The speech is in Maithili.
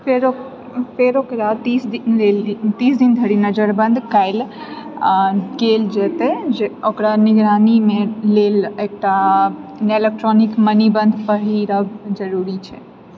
फेर ओकरा फेर ओकरा तीस दिन धरि नजरबन्द कएल गेल जतऽ ओकरा निगरानीमे लेल एकटा इलेक्ट्रॉनिक मणिबन्ध पहिरब जरूरी छल